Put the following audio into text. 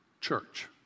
Church